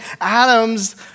Adam's